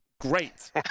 great